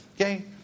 Okay